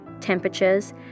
temperatures